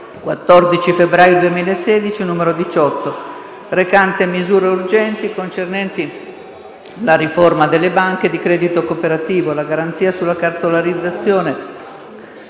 14 febbraio 2016, n. 18, recante misure urgenti concernenti la riforma delle banche di credito cooperativo, la garanzia sulla cartolarizzazione